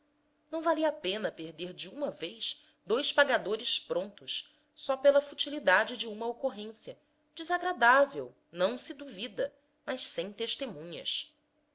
não valia a pena perder de uma vez dois pagadores prontos só pela futilidade de uma ocorrência desagradável não se duvida mas sem testemunhas